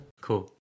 Cool